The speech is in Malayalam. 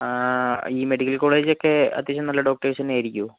ഈ മെഡിക്കൽ കോളേജിലൊക്കെ അത്യാവശ്യം നല്ല ഡോക്ടേഴ്സ് തന്നെ ആയിരിക്കുമോ